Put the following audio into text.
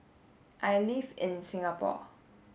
I live in Singapore